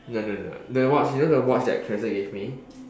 no no no the watch you know the watch that Clarissa gave me